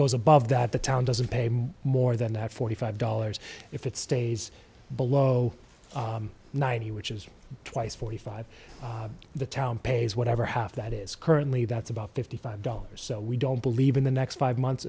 goes above that the town doesn't pay more than that forty five dollars if it stays below ninety which is twice forty five the town pays whatever half that is currently that's about fifty five dollars so we don't believe in the next five months